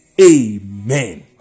Amen